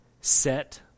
set